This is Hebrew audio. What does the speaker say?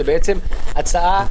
זו הצעה,